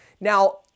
Now